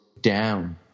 down